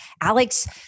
Alex